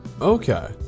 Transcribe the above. Okay